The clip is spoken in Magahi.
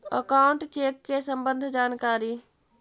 अकाउंट चेक के सम्बन्ध जानकारी?